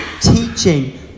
teaching